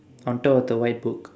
on top of the white book